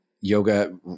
yoga